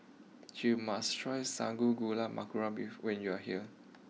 you must try Sago Gula Melaka when you are here